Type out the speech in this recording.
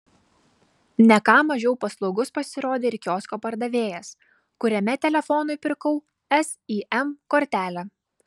ne ką mažiau paslaugus pasirodė ir kiosko pardavėjas kuriame telefonui pirkau sim kortelę